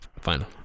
final